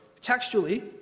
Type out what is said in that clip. textually